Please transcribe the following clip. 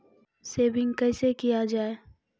Saving कैसै किया जाय?